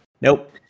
Nope